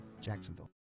Jacksonville